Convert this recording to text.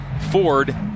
Ford